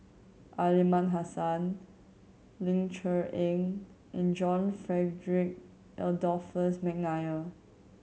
Aliman Hassan Ling Cher Eng and John Frederick Adolphus McNair